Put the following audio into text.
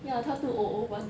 ya 他 two O O one